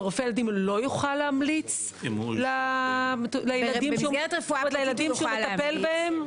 רופא ילדים לא יוכל להמליץ לילדים שהוא מטפל בהם?